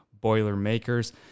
Boilermakers